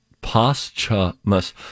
Posthumous